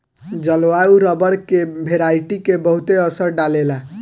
जलवायु रबर के वेराइटी के बहुते असर डाले ला